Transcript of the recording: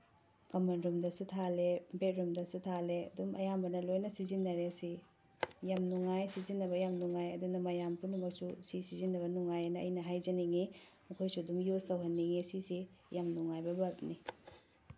ꯀꯃꯟ ꯔꯨꯝꯗꯁꯨ ꯊꯥꯜꯂꯦ ꯕꯦꯠꯔꯨꯝꯗꯁꯨ ꯊꯥꯜꯂꯦ ꯑꯗꯨꯝ ꯑꯌꯥꯝꯕꯅ ꯂꯣꯏꯅ ꯁꯤꯖꯤꯟꯅꯔꯦ ꯁꯤ ꯌꯥꯝ ꯅꯨꯡꯉꯥꯏ ꯁꯤꯖꯤꯟꯅꯕ ꯌꯥꯝ ꯅꯨꯡꯉꯥꯏ ꯑꯗꯨꯅ ꯃꯌꯥꯝ ꯄꯨꯝꯅꯃꯛꯁꯨ ꯁꯤ ꯁꯤꯖꯤꯟꯅꯕ ꯅꯨꯡꯉꯥꯏ ꯍꯥꯏꯅ ꯑꯩꯅ ꯍꯥꯏꯖꯅꯤꯡꯉꯤ ꯅꯈꯣꯏꯁꯨ ꯑꯗꯨꯝ ꯌꯨꯁ ꯇꯧꯍꯟꯅꯤꯡꯏ ꯁꯤꯁꯤ ꯌꯥꯝ ꯅꯨꯡꯉꯥꯏꯕ ꯕꯜꯕꯅꯤ